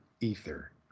ether